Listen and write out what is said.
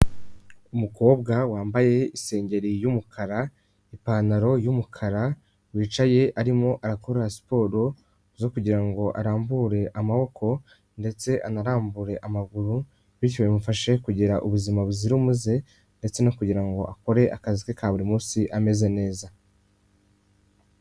Umukobwa wambaye isengeri y'umukara, ipantaro y'umukara, wicaye arimo arakora siporo zo kugira ngo arambure amaboko ndetse anarambure amaguru bityo bimufashe kugira ubuzima buzira umuze ndetse no kugira ngo akore akazi ke ka buri munsi ameze neza.